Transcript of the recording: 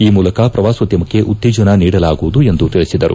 ಈ ಮೂಲಕ ಪ್ರವಾಸೋದ್ಡಮಕ್ಕೆ ಉತ್ತೇಜಸ ನೀಡಲಾಗುವುದು ಎಂದು ತಿಳಿಸಿದರು